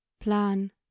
plan